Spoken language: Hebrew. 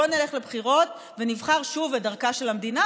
בואו נלך לבחירות ונבחר שוב את דרכה של המדינה,